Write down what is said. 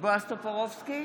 בועז טופורובסקי,